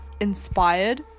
inspired